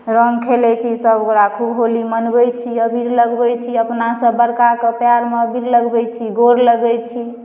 रङ्ग खेलैत छी सभगोटए खूब होली मनबैत छी अबीर लगबैत छी अपनासँ बड़काके पएरमे अबीर लगबैत छी गोर लगैत छी